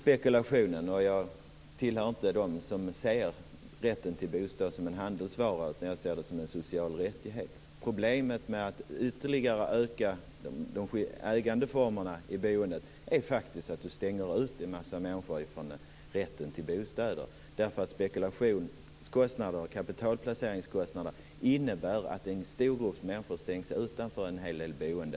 Fru talman! Jag tillhör alltså inte dem som ser rätten till bostad som en handelsvara, utan jag ser den som en social rättighet. Problemet med att ytterligare utöka ägandeformerna i boendet är faktiskt att en mängd människor stängs ute från rätten till bostad. Spekulationskostnader och kapitalplaceringskostnader innebär nämligen att en stor grupp människor stängs utanför en hel del boende.